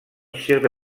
sur